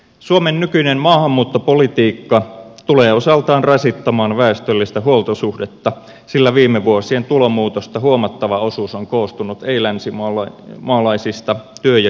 suomen nykyinen maahanmuuttopolitiikka tulee osaltaan rasittamaan väestöllistä huoltosuhdetta sillä viime vuosien tulomuutosta huomattava osuus on koostunut ei länsimaalaisista työ ja kielitaidottomista yksilöistä